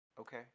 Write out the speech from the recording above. Okay